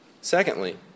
Secondly